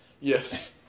Yes